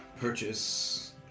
purchase